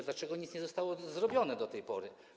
Dlaczego nic nie zostało zrobione do tej pory?